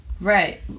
Right